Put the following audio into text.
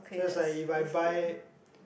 so is like if I buy